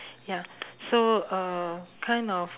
ya so uh kind of